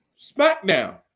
SmackDown